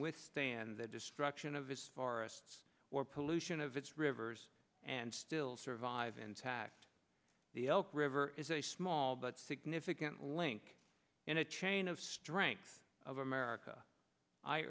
withstand the destruction of his forests or pollution of its rivers and still survive intact the elk river is a small but significant link in the chain of strength of america i